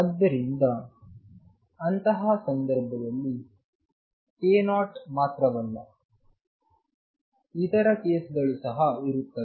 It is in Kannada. ಆದ್ದರಿಂದ ಅಂತಹ ಸಂದರ್ಭದಲ್ಲಿ ko ಮಾತ್ರವಲ್ಲ ಇತರ ಕೇಸ್ ಗಳು ಸಹ ಇರುತ್ತವೆ